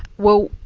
well,